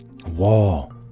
wall